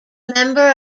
member